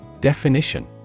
Definition